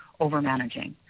overmanaging